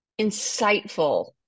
insightful